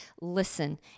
listen